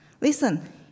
listen